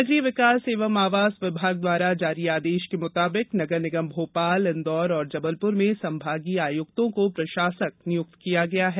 नगरीय विकास एवं आवास विभाग द्वारा जारी आदेश के मुताबिक नगरे निगम भोपाल इंदौर और जबलपुर में संभागीय आयुक्तों को प्रशासक नियुक्त किया गया है